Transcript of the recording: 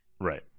Right